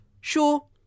sure